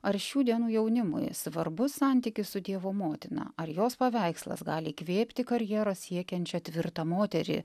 ar šių dienų jaunimui svarbus santykis su dievo motina ar jos paveikslas gali įkvėpti karjeros siekiančią tvirtą moterį